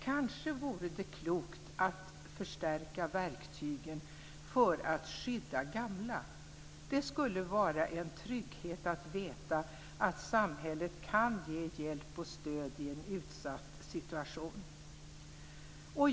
Kanske vore det klokt att förstärka verktygen för att skydda gamla. Det skulle vara en trygghet att veta att samhället kan ge hjälp och stöd i en utsatt situation.